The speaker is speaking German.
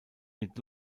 mit